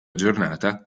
giornata